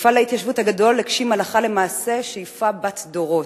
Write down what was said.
מפעל ההתיישבות הגדול הגשים הלכה למעשה שאיפה בת דורות.